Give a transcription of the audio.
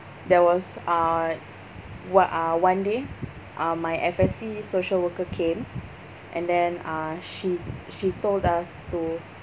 there was uh one uh one day uh my F_S_C social worker came and then uh she she told us to